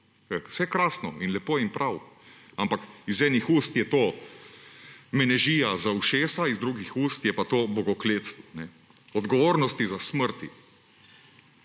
Vse krasno in lepo in prav, ampak iz enih ust je to menežija za ušesa, iz drugih ust je pa to bogokletstvo. Odgovornosti za smrti.